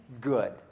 good